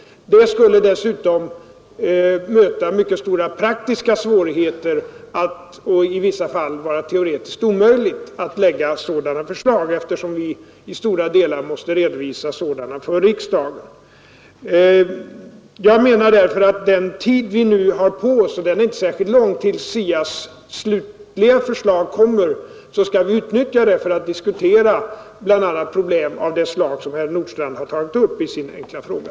Det skulle dessutom möta mycket stora praktiska svårigheter och i vissa fall vara teoretiskt omöjligt att framlägga sådana förslag, eftersom vi i stora delar måste redovisa sådana för riksdagen. Jag menar därför att den tid vi har på oss — och den är inte särskilt lång — tills SIA:s slutliga förslag kommer, skall vi utnyttja för att diskutera bl.a. problem av det slag som herr Nordstrandh har tagit upp i sin enkla fråga.